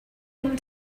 him